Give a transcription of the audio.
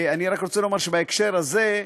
אני רק רוצה לומר שבהקשר הזה,